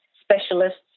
specialists